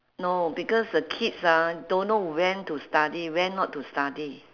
no because the kids ah don't know when to study when not to study